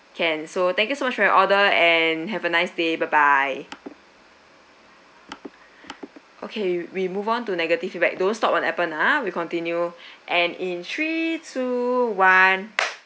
can so thank you so much for your order and have a nice day bye bye okay we move on to negative feedback don't stop on Appen ah we continue and in three two one